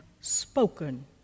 spoken